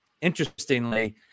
interestingly